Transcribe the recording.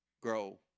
grow